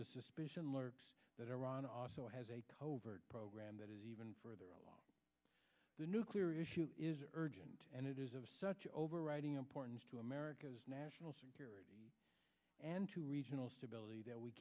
the suspicion lurks that iran also has a covert program that is even further the nuclear issue is urgent and it is of such overriding importance to america's national security and to regional stability that we